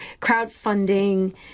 crowdfunding